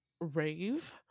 rave